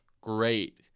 great